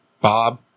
Bob